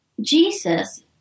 Jesus